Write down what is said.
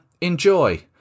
enjoy